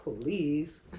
Please